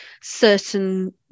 certain